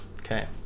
Okay